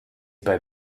bei